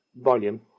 volume